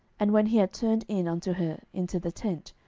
and when he had turned in unto her into the tent,